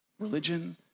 religion